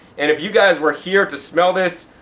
and if you guys were here to smell this,